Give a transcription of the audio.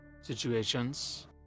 situations